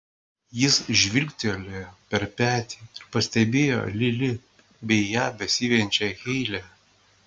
jis žvilgtelėjo per petį ir pastebėjo lili bei ją besivejančią heilę